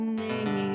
name